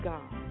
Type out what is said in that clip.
God